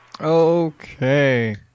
Okay